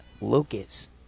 Lucas